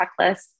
checklist